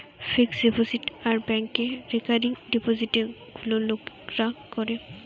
fixed deposit আর ব্যাংকে recurring ডিপোজিটে গুলা লোকরা করে